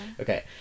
okay